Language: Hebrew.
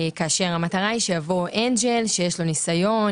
כאשר המטרה היא שיבוא אנג'ל שיש לו ניסיון,